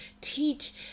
teach